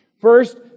First